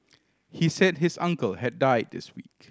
he said his uncle had died this week